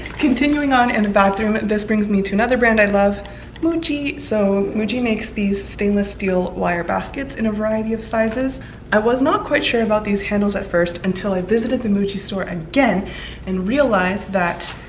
continuing on in the bathroom, this brings me to another brand i love muji so muji makes these stainless steel wire baskets in a variety of sizes i was not quite sure about these handles at first until i visited the muji store again and realized that